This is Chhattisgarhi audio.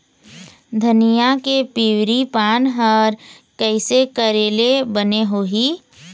धनिया के पिवरी पान हर कइसे करेले बने होही?